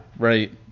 Right